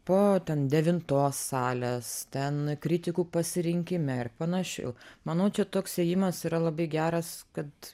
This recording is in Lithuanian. po ten devintos salės ten kritikų pasirinkime ir panašių manau čia toks ėjimas yra labai geras kad